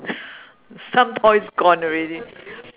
some toys gone already